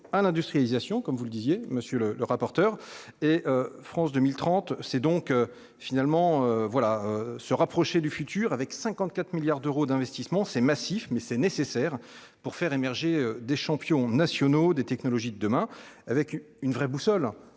à l'industrialisation comme vous le disiez, monsieur le rapporteur, et France 2030, c'est donc finalement voilà se rapprocher du futur avec 54 milliards d'euros d'investissement c'est massif, mais c'est nécessaire pour faire émerger des champions nationaux des technologies de demain avec une vraie boussole